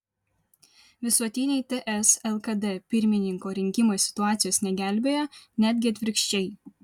visuotiniai ts lkd pirmininko rinkimai situacijos negelbėja netgi atvirkščiai